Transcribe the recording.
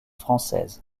française